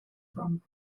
from